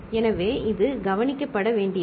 எனவே இது கவனிக்கப்பட வேண்டியது